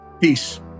Peace